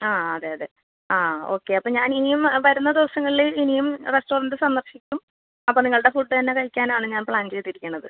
ആ അതെ അതെ ആ ഓക്കെ അപ്പം ഞാൻ ഇനിയും വരുന്ന ദിവസങ്ങളിൽ ഇനിയും റെസ്റ്റോറൻറ് സന്ദർശിക്കും അപ്പം നിങ്ങളുടെ ഫുഡ് തന്നെ കഴിക്കാനാണ് ഞാൻ പ്ലാൻ ചെയ്തിരിക്കുന്നത്